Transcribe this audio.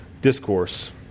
discourse